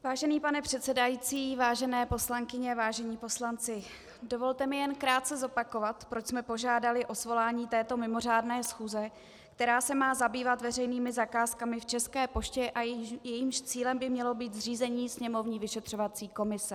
Vážený pane předsedající, vážené poslankyně, vážení poslanci, dovolte mi jen krátce zopakovat, proč jsme požádali o svolání této mimořádné schůze, která se má zabývat veřejnými zakázkami v České poště a jejímž cílem by mělo být zřízení sněmovní vyšetřovací komise.